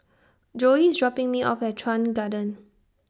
Joey IS dropping Me off At Chuan Garden